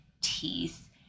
teeth